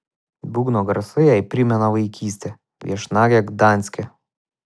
būgno garsai jai primena vaikystę viešnagę gdanske